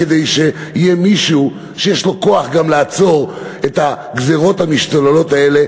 כדי שיהיה מישהו שיש לו כוח גם לעצור את הגזירות המשתוללות האלה,